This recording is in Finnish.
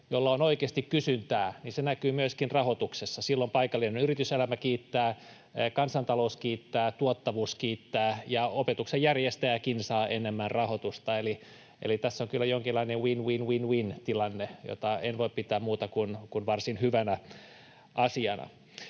joilla on oikeasti kysyntää, niin se näkyy myöskin rahoituksessa. Silloin paikallinen yrityselämä kiittää, kansantalous kiittää, tuottavuus kiittää ja opetuksen järjestäjäkin saa enemmän rahoitusta. Eli tässä on kyllä jonkinlainen win-win-win-win-tilanne, jota en voi pitää muuta kuin varsin hyvänä asiana.